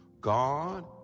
God